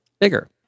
bigger